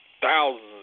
thousands